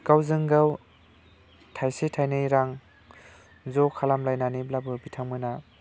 गावजों गाव थाइसे थाइनै रां ज' खालामलायनानैब्लाबो बिथांमोनहा